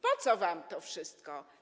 Po co wam to wszystko?